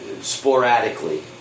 sporadically